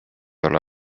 ole